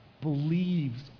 believes